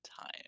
time